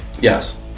Yes